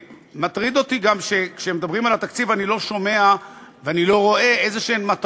מטריד אותי גם שכשמדברים על התקציב אני לא שומע ואני לא רואה מטרות